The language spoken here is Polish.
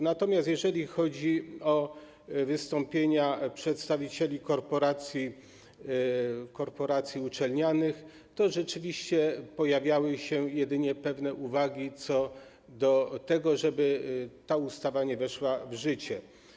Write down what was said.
Natomiast jeżeli chodzi o wystąpienia przedstawicieli korporacji uczelnianych, to rzeczywiście pojawiały się jedynie pewne uwagi co do tego, żeby ta ustawa nie weszła w życie.